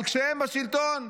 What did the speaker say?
אבל כשהם בשלטון?